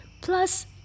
plus